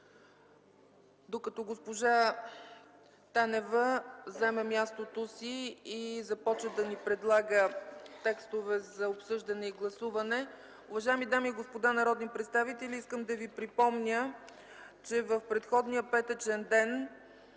Докато госпожа Танева заеме мястото си и започне да ни предлага текстове за обсъждане и гласуване, уважаеми дами и господа народни представители, искам да ви припомня, че в предходния петъчен ден